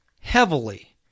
heavily